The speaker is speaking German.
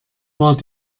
war